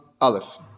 Aleph